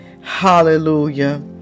Hallelujah